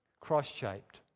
Cross-shaped